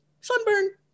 Sunburn